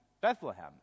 bethlehem